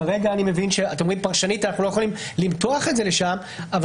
כרגע אני מבין שפרשנית אנחנו לא יכולים למתוח את זה לשם אבל